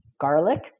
Garlic